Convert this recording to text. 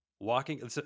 walking